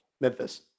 Memphis